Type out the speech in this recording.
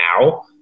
now